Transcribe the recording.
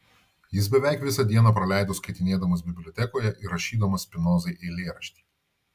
jis beveik visą dieną praleido skaitinėdamas bibliotekoje ir rašydamas spinozai eilėraštį